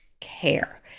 care